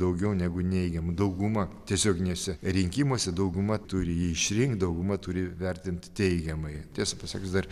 daugiau negu neigiamų dauguma tiesioginiuose rinkimuose dauguma turi jį išrinkt dauguma turi vertint teigiamai tiesą pasakius dar